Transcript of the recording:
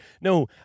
No